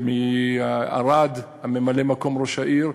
ומערד, ממלא-מקום ראש העיר,